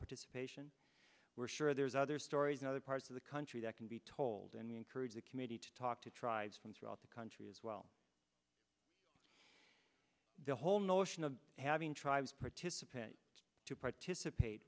participation we're sure there's other stories in other parts of the country that can be told and we encourage the committee to talk to tribes from throughout the country as well the whole notion of having tribes participate to participate